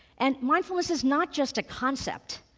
and mindfulness is not just a concept,